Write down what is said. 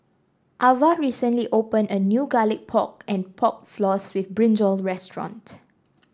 Avah recently open a new Garlic Pork and Pork Floss with brinjal restaurant